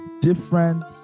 different